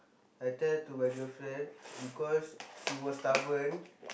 I tell to my girlfriend because she was stubborn